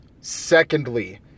Secondly